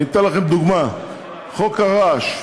אני אתן לכם דוגמה, חוק הרעש.